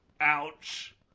Ouch